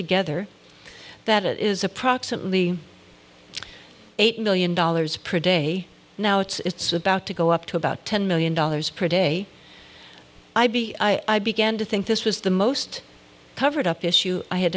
together that is approximately eight million dollars pre date a now it's about to go up to about ten million dollars per day i be i began to think this was the most covered up issue i had